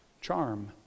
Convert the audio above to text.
charm